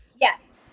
Yes